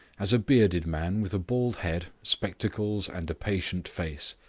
as a bearded man with a bald head, spectacles, and a patient face,